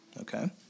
Okay